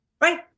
right